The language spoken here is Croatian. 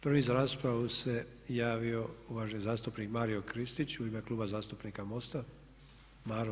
Prvi za raspravu se javio uvaženi zastupnik Mario Kristić u ime Kluba zastupnika MOST-a.